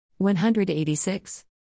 186